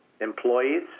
Employees